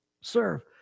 serve